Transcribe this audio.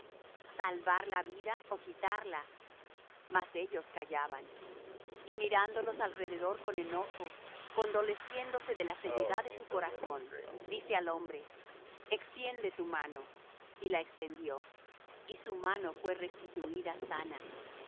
salvar la vida ó quitarla mas ellos callaban y mirándolos alrededor con enojo condoleciéndose de la ceguedad de su corazón dice al hombre extiende tu mano y la extendió y su mano fué restituída sana